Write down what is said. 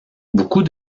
beaucoup